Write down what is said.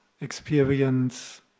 experience